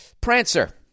Prancer